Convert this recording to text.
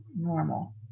normal